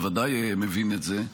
בוודאי מבין את זה,